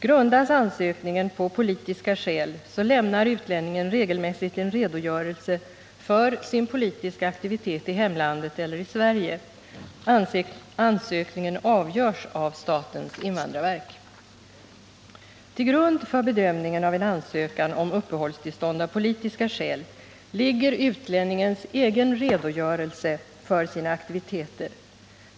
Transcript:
Grundas ansökningen på politiska skäl, lämnar utlänningen regelmässigt en redogörelse för sin politiska aktivitet i hemlandet eller i Sverige. Ansökningen avgörs av statens invandrarverk. Till grund för bedömningen av en ansökan om uppehållstillstånd av politiska skäl ligger utlänningens egen redogörelse för sina aktiviteter.